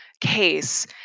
case